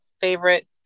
favorite